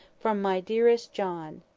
from my dearest john.